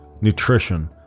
nutrition